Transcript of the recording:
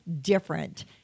different